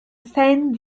send